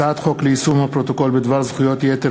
הצעת חוק ליישום הפרוטוקול בדבר זכויות יתר